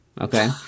okay